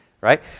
right